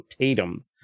Tatum